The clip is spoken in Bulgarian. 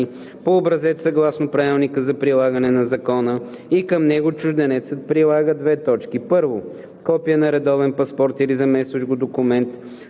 по образец съгласно правилника за прилагане на закона, и към него чужденецът прилага: 1. копие на редовен паспорт или заместващ го документ